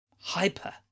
hyper